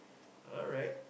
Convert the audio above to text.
alright